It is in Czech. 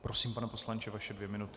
Prosím, pane poslanče, vaše dvě minuty.